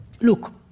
look